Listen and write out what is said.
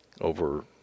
over